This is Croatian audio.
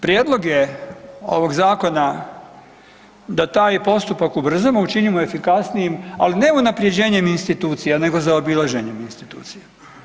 Prijedloge ovog zakona da taj postupak ubrzamo i učinimo efikasnijim, ali ne unapređenjem institucija nego zaobilaženjem institucija.